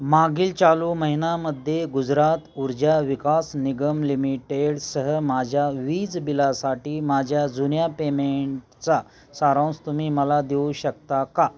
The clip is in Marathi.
मागील चालू महिनामध्ये गुजरात ऊर्जा विकास निगम लिमिटेडसह माझ्या वीज बिलासाठी माझ्या जुन्या पेमेंटचा सारांश तुम्ही मला देऊ शकता का